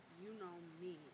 you-know-me